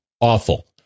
awful